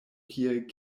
kiel